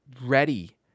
ready